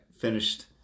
finished